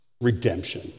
redemption